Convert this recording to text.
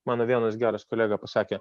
mano vienas geras kolega pasakė